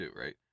right